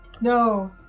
No